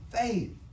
faith